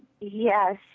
Yes